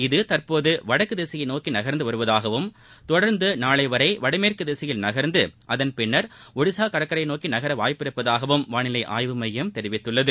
இது தற்போது வடக்கு திசையை நோக்கி நகர்ந்து வருவதாகவும் தொடர்ந்து நாளை வரை வடமேற்கு திசையில் நகர்ந்து அதன் பின்னர் ஒடிசா கடற்கரையை நோக்கி நகர வாய்ப்புள்ளதாகவும் வானிலை ஆய்வு மையம் தெரிவித்துள்ளது